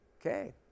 okay